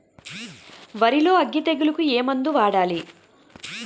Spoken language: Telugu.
వరిలో అగ్గి తెగులకి ఏ మందు వాడాలి?